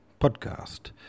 Podcast